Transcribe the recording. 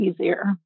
easier